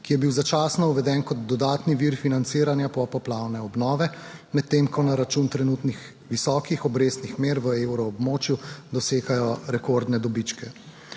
ki je bil začasno uveden kot dodatni vir financiranja popoplavne obnove, medtem, ko na račun trenutnih visokih obrestnih mer v Evroobmočju dosegajo rekordne dobičke.